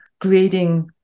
creating